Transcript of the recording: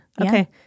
Okay